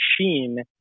machine